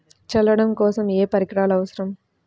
చల్లడం కోసం ఏ పరికరాలు అవసరం?